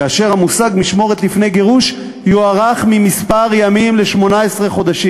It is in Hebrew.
כאשר המושג "משמורת לפני גירוש" יוארך מימים מספר ל-18 חודשים.